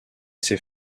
ses